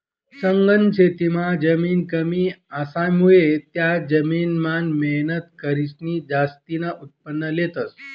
सघन शेतीमां जमीन कमी असामुये त्या जमीन मान मेहनत करीसन जास्तीन उत्पन्न लेतस